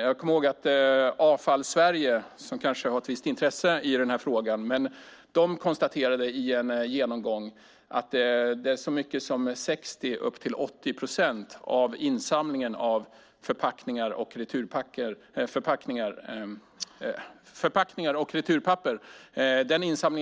Jag kommer ihåg att Avfall Sverige, som kanske har ett visst intresse i denna fråga, i en genomgång konstaterade att så mycket som 60 och upp till 80 procent av insamlingen av förpackningar och returpapper